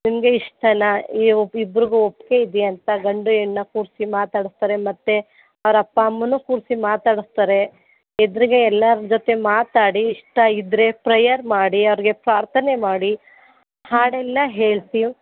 ನಿಮಗೆ ಇಷ್ಟನಾ ಈ ಒಬ್ಬ ಇಬ್ರಿಗೂ ಒಪ್ಪಿಗೆ ಇದೆಯಾ ಅಂತ ಗಂಡು ಹೆಣ್ಣಾ ಕೂರಿಸಿ ಮಾತಾಡಿಸ್ತಾರೆ ಮತ್ತು ಅವ್ರ ಅಪ್ಪ ಅಮ್ಮನ್ನೂ ಕೂರಿಸಿ ಮಾತಾಡಿಸ್ತಾರೆ ಎದುರಿಗೆ ಎಲ್ಲರ ಜೊತೆ ಮಾತಾಡಿ ಇಷ್ಟ ಇದ್ದರೆ ಪ್ರಯರ್ ಮಾಡಿ ಅವ್ರಿಗೆ ಪ್ರಾರ್ಥನೆ ಮಾಡಿ ಹಾಡೆಲ್ಲ ಹೇಳಿಸಿ